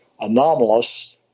anomalous